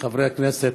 חברי הכנסת,